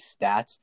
stats